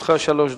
לרשותך שלוש דקות.